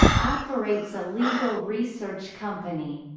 operates a legal research company.